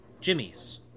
Jimmy's